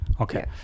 okay